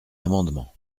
amendements